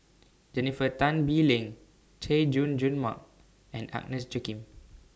Jennifer Tan Bee Leng Chay Jung Jun Mark and Agnes Joaquim